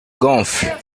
gonfle